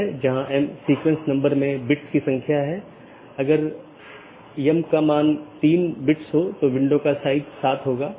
इसके बजाय हम जो कह रहे हैं वह ऑटॉनमस सिस्टमों के बीच संचार स्थापित करने के लिए IGP के साथ समन्वय या सहयोग करता है